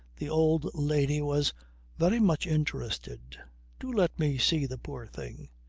the old lady was very much interested do let me see the poor thing!